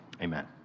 amen